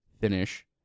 finish